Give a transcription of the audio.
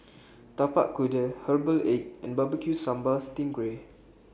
Tapak Kuda Herbal Egg and Barbecue Sambal Sting Ray